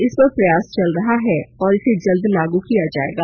इस पर प्रयास चल रहा है और इसे जल्द लागू किया जाएगा